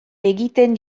egiten